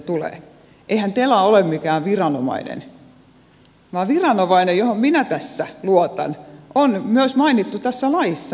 eihän tela ole mikään viranomainen vaan viranomainen johon minä tässä luotan on myös mainittu tässä laissa ja se on finanssivalvonta